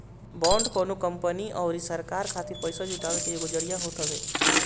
bond कवनो company अउरी सरकार खातिर पईसा जुटाए के एगो जरिया होत हवे